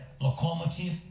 locomotive